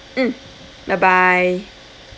mm bye bye